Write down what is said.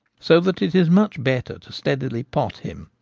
so that it is much better to steadily pot him.